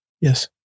Yes